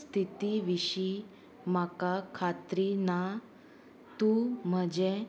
स्थिती विशीं म्हाका खात्री ना तूं म्हजें